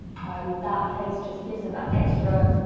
and that case just gives it that extra,